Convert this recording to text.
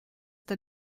der